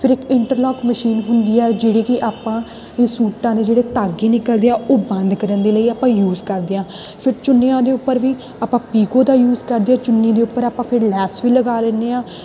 ਫਿਰ ਇੱਕ interlock machine ਹੁੰਦੀ ਆ ਜਿਹੜੀ ਕਿ ਆਪਾਂ ਸੂਟਾਂ ਦੇ ਜਿਹੜੇ ਧਾਗੇ ਨਿਕਲਦੇ ਆ ਉਹ ਬੰਦ ਕਰਨ ਦੇ ਲਈ ਆਪਾਂ ਯੂਜ ਕਰਦੇ ਹਾਂ ਫਿਰ ਚੁੰਨੀਆਂ ਦੇ ਉੱਪਰ ਵੀ ਆਪਾਂ ਪੀਕੋ ਦਾ ਯੂਜ ਕਰਦੇ ਹਾਂ ਚੁੰਨੀ ਦੇ ਉੱਪਰ ਆਪਾਂ ਫਿਰ ਲੈਸ ਵੀ ਲਗਾ ਲੈਦੇ ਹਾਂ